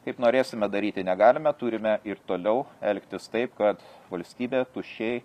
kaip norėsime daryti negalime turime ir toliau elgtis taip kad valstybė tuščiai